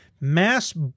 Mass